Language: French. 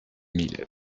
mille